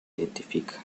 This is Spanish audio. identifica